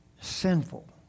sinful